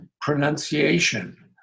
pronunciation